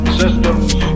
systems